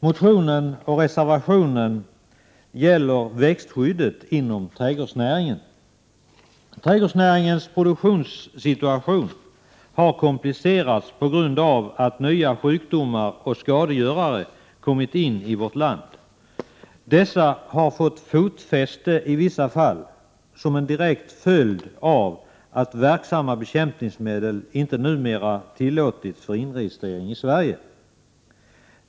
Motionen och reservationen gäller växtskyddet inom trädgårdsnäringen. Trädgårdsnäringens produktionssituation har komplicerats på grund av att nya sjukdomar och skadegörare kommit in i vårt land. Dessa har fått fotfäste, i vissa fall som en direkt följd av att verksamma bekämpningsmedel numera inte tillåts för inregistrering i Sverige.